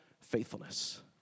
faithfulness